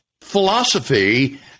philosophy